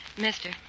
Mister